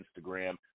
Instagram